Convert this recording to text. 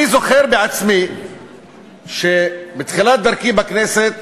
אני זוכר בעצמי שבתחילת דרכי בכנסת